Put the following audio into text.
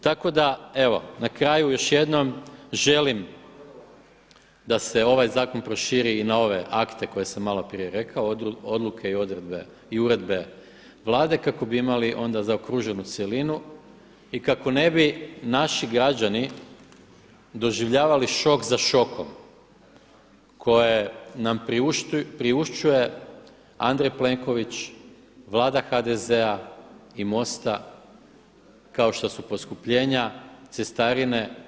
Tako da evo na kraju još jednom želim da se ovaj zakon proširi i na ove akte koje sam malo prije rekao, odluke i uredbe Vlade kako bi imali onda zaokruženu cjelinu i kako ne bi naši građani doživljavali šok za šokom koje nam priušćuje Andrej Plenković, Vlada HDZ-a i MOST-a kao što su poskupljenja cestarine.